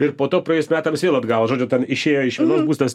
ir po to praėjus metams vėl atgavo žodžiu ten išėjo iš vienos būsenos